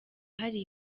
hari